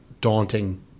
daunting